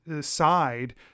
side